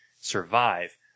survive